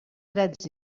drets